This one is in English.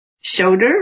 shoulder